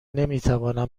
نمیتوانم